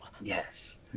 Yes